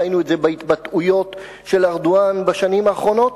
ראינו את זה בהתבטאויות של ארדואן בשנים האחרונות.